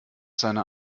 seiner